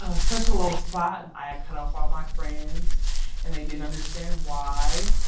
ah such a low spot. i cut off all my friends and they didn't understand why.